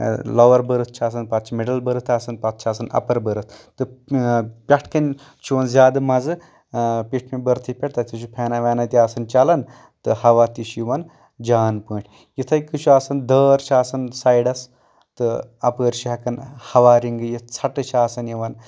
لور برٕتھ چھُ آسان پَتہٕ چھُ مِڈٕل برٕتھ آسان پَتہٕ چھ آسان اَپر بٔرٕتھ تہٕ پٮ۪ٹھٕ کٔنۍ چھُ یِوان زیادٕ مَزٕ پیٹھمہِ برٕتھہِ پٮ۪ٹھ تَتھیٚتھ چھُ فینا وینا تہِ آسان چلان تہٕ ہوا تہِ چھُ یوان جان پٲٹھۍ یِتھے کٔنۍ چھُ آسان دٲر چھِ آسان سایڈس تہٕ اَپٲرۍ چھِ ہٮ۪کان ہوا رنٛگہٕ یِتھ ژَٹہٕ چھےٚ آسن یِوان